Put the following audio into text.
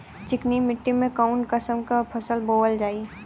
चिकनी मिट्टी में कऊन कसमक फसल बोवल जाई?